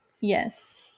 Yes